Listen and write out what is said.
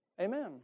Amen